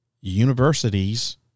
Universities